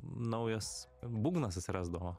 naujas būgnas atsirasdavo